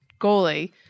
goalie